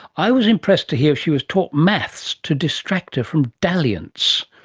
i was impressed to hear she was taught maths to distract her from dalliance,